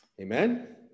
Amen